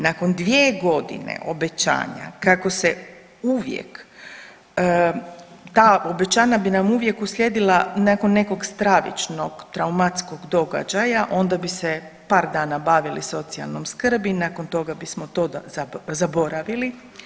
Nakon 2.g. obećanja kako se uvijek, ta obećanja bi nam uvijek uslijedila nakon nekog stravičnog traumatskog događaja onda bi se par dana bavili socijalnom skrbi, nakon toga bismo to zaboravili.